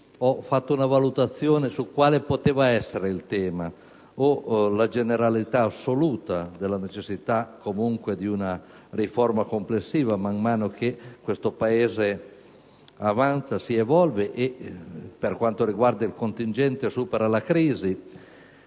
ho fatto una valutazione su quale potesse essere il tema: o la generalità assoluta della necessità di una riforma complessiva man mano che questo Paese avanza, si evolve e, per quanto riguarda il contingente, supera la crisi;